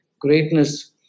greatness